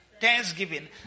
thanksgiving